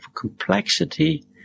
complexity